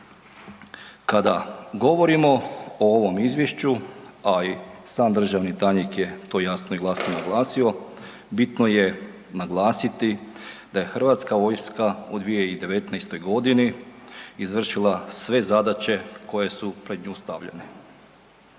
Kada govorimo o ovom Izvješću, a i sam državni tajnik je to jasno i glasno naglasio, bitno je naglasiti da je Hrvatska vojska u 2019.-oj godini izvršila sve zadaće koje su pred nju stavljene.